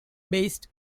based